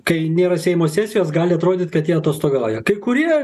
kai nėra seimo sesijos gali atrodyt kad jie atostogauja kai kurie